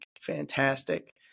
fantastic